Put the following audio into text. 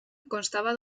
constava